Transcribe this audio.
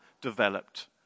developed